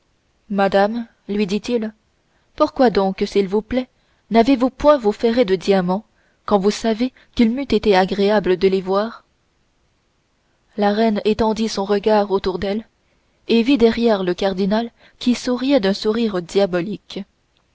madame lui dit-il pourquoi donc s'il vous plaît n'avez-vous point vos ferrets de diamants quand vous savez qu'il m'eût été agréable de les voir la reine étendit son regard autour d'elle et vit derrière le roi le cardinal qui souriait d'un sourire diabolique